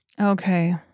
Okay